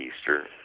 Easter